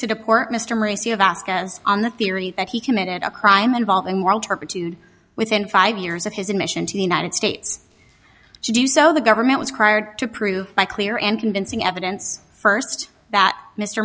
to deport mister on the theory that he committed a crime involving moral turpitude within five years of his admission to the united states to do so the government was prior to prove by clear and convincing evidence first that mr